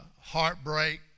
heartbreak